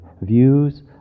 Views